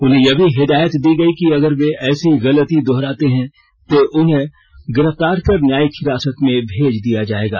उन्हें यह भी हिदायत दी गयी कि अगर वे ऐसी गलती दोहराते हैं तो उन्हें गिरफ्तार कर न्यायिक हिरासत में भेज दिया जायेगा